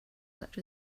such